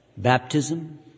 Baptism